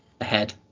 ahead